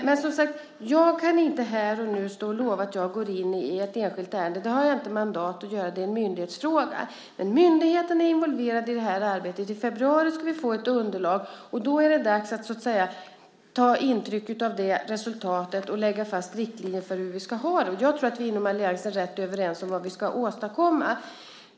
Men jag kan inte nu lova att jag går in i ett enskilt ärende, för det har jag inte mandat att göra. Det är en myndighetsfråga. Myndigheten är involverad i det här arbetet. I februari ska vi få ett underlag och då är det dags att ta intryck av resultatet och lägga fast riktlinjer för hur vi ska ha det. Jag tror att vi inom alliansen är rätt överens om vad vi ska åstadkomma.